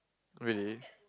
really